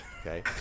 Okay